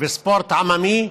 וספורט עממי,